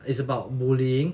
its about bullying